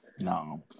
No